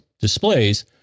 displays